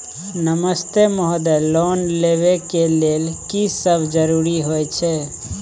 नमस्ते महोदय, लोन लेबै के लेल की सब जरुरी होय छै?